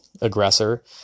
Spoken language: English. aggressor